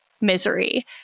misery